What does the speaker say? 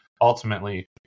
ultimately